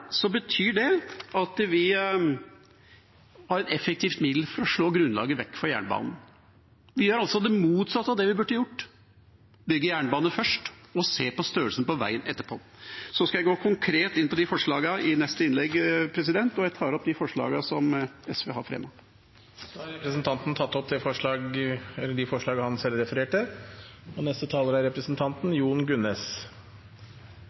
betyr det at vi har et effektivt middel for å slå grunnlaget vekk for jernbanen. Vi gjør altså det motsatte av det vi burde gjort: bygge jernbane først og se på størrelsen på veien etterpå. Så skal jeg gå konkret inn på disse forslagene i neste innlegg. Jeg tar opp SVs forslag. Representanten Arne Nævra har tatt opp de forslagene han refererte til. Dette er nok en veidebatt etter initiativ fra SV. De